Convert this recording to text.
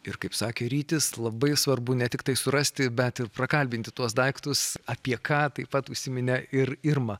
ir kaip sakė rytis labai svarbu ne tiktai surasti bet ir prakalbinti tuos daiktus apie ką taip pat užsiminė ir irma